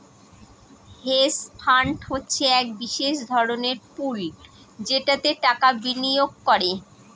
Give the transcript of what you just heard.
hedge fund হচ্ছে এক বিশেষ ধরনের পুল যেটাতে টাকা বিনিয়োগ করে